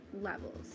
levels